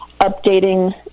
updating